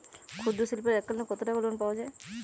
ক্ষুদ্রশিল্পের এককালিন কতটাকা লোন পাওয়া য়ায়?